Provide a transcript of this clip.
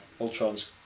Ultron's